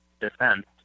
defense